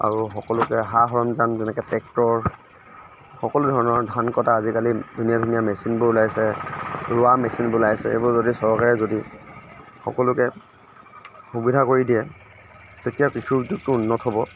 আৰু সকলোকে সা সৰঞ্জাম যেনেকৈ ট্ৰেক্টৰ সকলো ধৰণৰ ধান কটা আজিকালি ধুনীয়া ধুনীয়া মেচিনবোৰ ওলাইছে ৰোৱা মেচিন ওলাইছে সেইবোৰ যদি চৰকাৰে যদি সকলোকে সুবিধা কৰি দিয়ে তেতিয়াও কৃষি উদ্য়োগটো উন্নত হ'ব